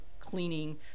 cleaning